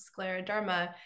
scleroderma